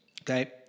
Okay